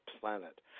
planet